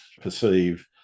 perceive